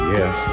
Yes